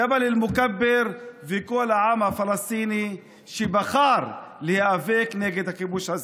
ג'בל אל-מוכבר ושל כל העם הפלסטיני שבחר להיאבק נגד הכיבוש הזה.